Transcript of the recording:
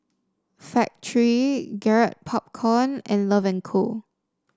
Factorie Garrett Popcorn and Love and Co